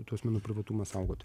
tų asmenų privatumą saugot